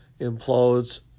implodes